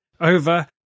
over